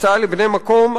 הקצאה לבני מקום,